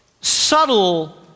subtle